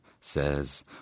says